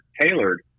tailored